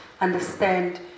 understand